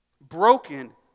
Broken